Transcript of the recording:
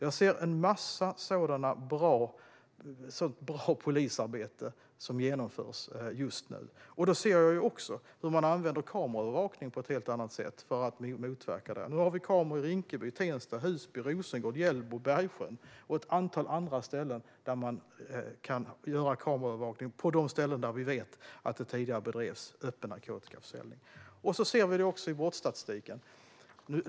Jag ser en massa sådant bra polisarbete som genomförs just nu. Då ser jag också hur man använder kameraövervakning på ett helt annat sätt för att motverka brottslighet. Nu har vi kameror i Rinkeby, Tensta, Husby, Rosengård, Hjällbo, Bergsjön och ett antal andra ställen där man kan ha kameraövervakning på de platser där vi vet att det tidigare bedrevs öppen narkotikaförsäljning. Vi ser det också i brottsstatistiken.